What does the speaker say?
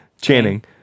Channing